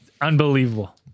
Unbelievable